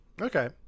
Okay